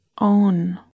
own